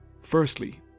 Firstly